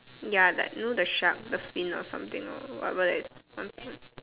ya like you know the shark the fin or something or whatever that is